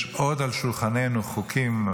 יש על שולחננו עוד חוקים,